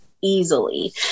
easily